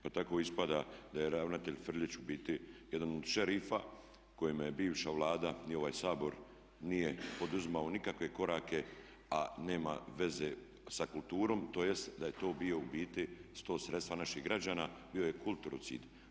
Pa tako ispada da je ravnatelj Frljić u biti jedan od šerifa kojima je bivša Vlada i ovaj Sabor, nije poduzimao nikakve korake a nema veze sa kulturom, tj. da je to bio u biti, da su to sredstva naših građana, bio je kulturocid.